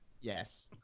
yes